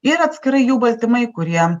ir atskirai jų baltymai kurie